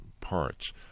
parts